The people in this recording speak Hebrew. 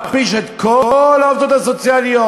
מכפיש את כל העובדות הסוציאליות.